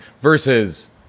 Versus